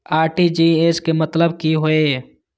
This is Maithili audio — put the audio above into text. आर.टी.जी.एस के मतलब की होय ये?